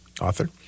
author